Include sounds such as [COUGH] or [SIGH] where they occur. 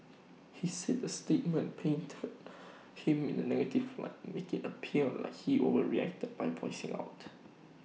he said the statement painted [NOISE] him in the negative light IT appear like he overreacted by voicing out